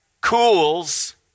cools